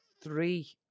three